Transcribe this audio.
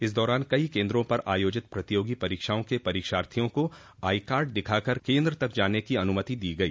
इस दौरान कई केन्द्रों पर आयोजित प्रतियोगी परीक्षाओं के परीक्षार्थियों को आईकाड दिखाकर केन्द्र तक जाने की अनूमति दी गई